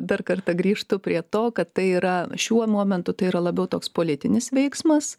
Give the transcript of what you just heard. dar kartą grįžtu prie to kad tai yra šiuo momentu tai yra labiau toks politinis veiksmas